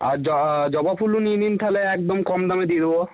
আর জ জবা ফুলও নিয়ে নিন তাহলে একদম কম দামে দিয়ে দেবো